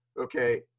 okay